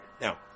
Now